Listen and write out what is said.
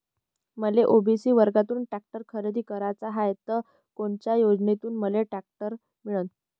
मले ओ.बी.सी वर्गातून टॅक्टर खरेदी कराचा हाये त कोनच्या योजनेतून मले टॅक्टर मिळन?